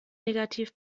negativ